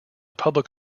public